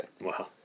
Wow